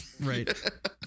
Right